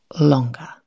longer